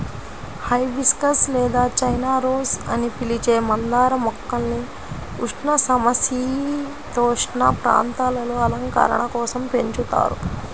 hibiscus లేదా China rose అని పిలిచే మందార మొక్కల్ని ఉష్ణ, సమసీతోష్ణ ప్రాంతాలలో అలంకరణ కోసం పెంచుతారు